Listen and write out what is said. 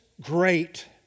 great